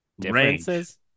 differences